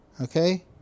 Okay